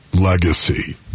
Legacy